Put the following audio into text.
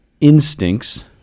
instincts